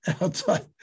outside